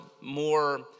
more